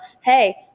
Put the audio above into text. Hey